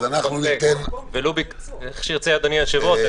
אז אנחנו ניתן --- איך שירצה אדוני היושב-ראש,